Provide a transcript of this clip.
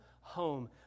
home